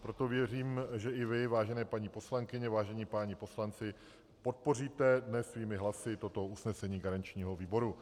Proto věřím, že i vy, vážené paní poslankyně, vážení páni poslanci, podpoříte dnes svými hlasy toto usnesení garančního výboru.